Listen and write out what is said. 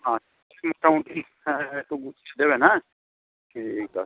আচ্ছা মোটামুটি হ্যাঁ একটু গুছিয়ে দেবেন হ্যাঁ ঠিক আছে